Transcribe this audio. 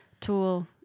tool